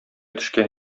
төшкән